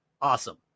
Awesome